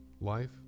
life